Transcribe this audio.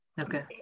Okay